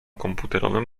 komputerowym